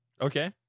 Okay